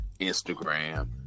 Instagram